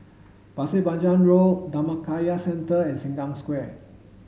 Pasir Panjang Road Dhammakaya Centre and Sengkang Square